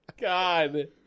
God